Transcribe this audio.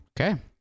Okay